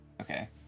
okay